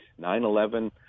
9-11